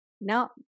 Now